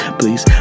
please